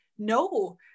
No